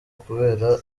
kubera